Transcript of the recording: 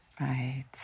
right